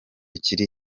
kiri